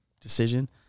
decision